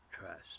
trust